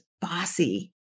bossy